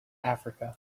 africa